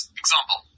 example